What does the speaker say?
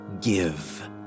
Give